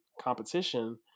competition